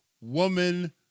woman